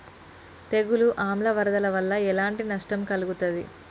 తెగులు ఆమ్ల వరదల వల్ల ఎలాంటి నష్టం కలుగుతది?